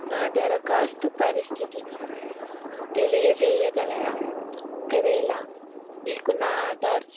నా దరఖాస్తు పరిస్థితిని తెలియజేయగలరా ఒకవేళ మీకు నా ఆధార్